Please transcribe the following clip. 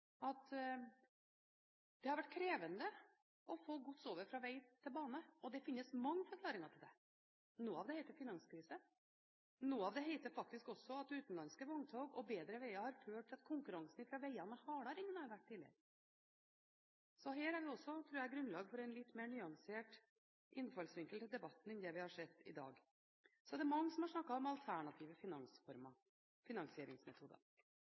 at det har vært krevende å få gods over fra vei til bane. Det finnes mange forklaringer på det – noe av det heter finanskrise, og noe av det heter faktisk også at utenlandske vogntog og bedre veier har ført til at konkurransen fra veiene er hardere enn den har vært tidligere. Så her tror jeg også vi har grunnlag for en litt mer nyansert innfallsvinkel til debatten enn det vi har sett i dag. Så er det mange som har snakket om alternative